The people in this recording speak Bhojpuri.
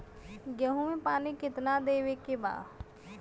गेहूँ मे पानी कितनादेवे के बा?